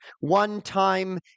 one-time